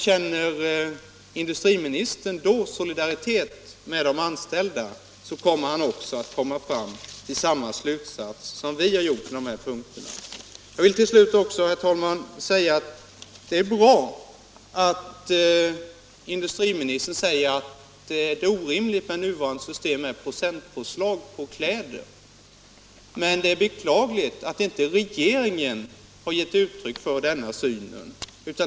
Känner industriministern då solidaritet med de anställda, sd kommer han säkert fram till samma slutsats som vi har gjort på de - Om sysselsättningshär punkterna. främjande åtgärder Jag vill till slut också, herr talman, säga att det är bra att industri = inom Nässjö ministern anser det nuvarande systemet med procentpåslag på kläder - kommun orimligt, men det är beklagligt att inte regeringen har gett uttryck för denna synpunkt.